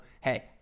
hey